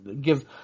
give